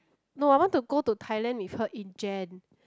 no I want to go to Thailand with her in Jan